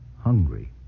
hungry